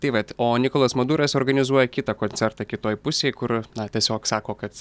tai vat o nikolas maduras organizuoja kitą koncertą kitoj pusėj kur na tiesiog sako kad